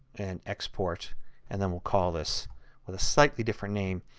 and export and then we'll call this with a slightly different name.